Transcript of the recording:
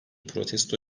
protesto